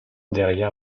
derrière